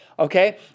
Okay